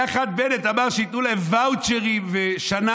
היה אחד, בנט, אמר שייתנו להם ואוצ'רים ושנה